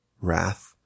wrath